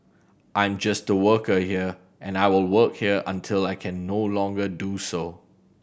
I'm just a worker here and I will work here until I can no longer do so